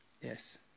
Yes